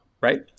right